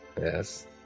Yes